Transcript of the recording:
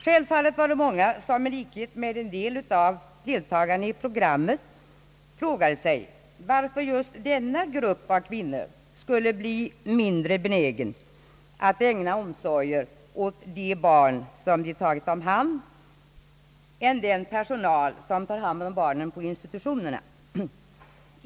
Självfallet frågade sig många, i likhet med några av deltagarna i TV-programmet, varför just denna grupp av kvinnor skulle bli mindre benägen att ägna omsorger åt de barn som de tagit om hand än den personal som tar hand om barnen vid institutionerna.